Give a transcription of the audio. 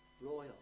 Royal